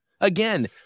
again